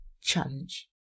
challenge